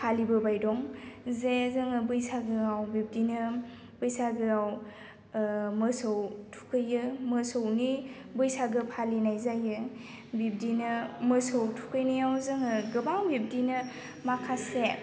फालिबोबाय दं जे जोङो बैसागोआव बिब्दिनो बैसागोआव मोसौ थुखैयो मोसौनि बैसागो फालिनाय जायो बिब्दिनो मोसौ थुखैनायाव जोङो गोबां बिब्दिनो माखासे